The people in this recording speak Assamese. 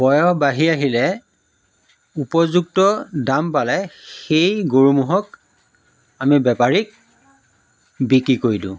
বয়স বাঢ়ি আহিলে উপযুক্ত দাম পালে সেই গৰু ম'হক আমি বেপাৰীক বিক্ৰী কৰি দিওঁ